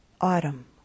Autumn